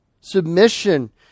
Submission